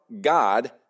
God